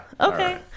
okay